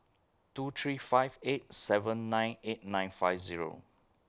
two three five eight seven nine eight nine five Zero